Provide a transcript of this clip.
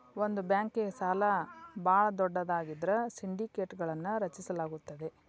ಒಂದ ಬ್ಯಾಂಕ್ಗೆ ಸಾಲ ಭಾಳ ದೊಡ್ಡದಾಗಿದ್ರ ಸಿಂಡಿಕೇಟ್ಗಳನ್ನು ರಚಿಸಲಾಗುತ್ತದೆ